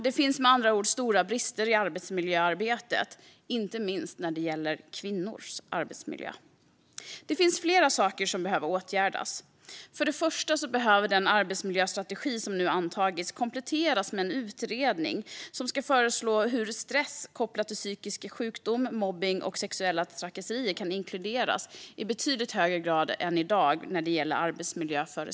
Det finns med andra ord stora brister i arbetsmiljöarbetet, inte minst i fråga om kvinnors arbetsmiljö. Flera saker behöver åtgärdas. För det första behöver den arbetsmiljöstrategi som nu antagits kompletteras med en utredning som ska föreslå hur stress kopplat till psykiska sjukdomar, mobbning och sexuella trakasserier kan inkluderas i arbetsmiljöföreskrifterna i betydligt högre grad än i dag.